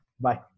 Bye